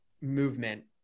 movement